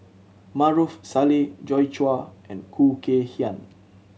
Maarof Salleh Joi Chua and Khoo Kay Hian